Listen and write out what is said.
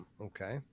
Okay